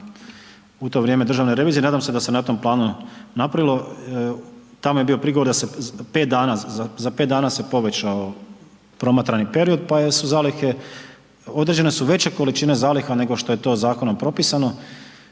u to vrijeme državne revizije, nadam se da se na tom planu napravilo, tamo je bio prigovor da se 5 dana, za 5 dana se povećao promatrani period, pa su zalihe, određene su veće količine zaliha, nego što je to zakonom propisano.